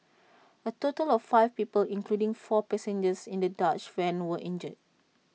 A total of five people including four passengers in the dodge van were injured